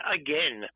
again